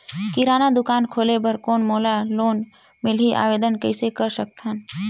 किराना दुकान खोले बर कौन मोला लोन मिलही? आवेदन कइसे कर सकथव?